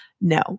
no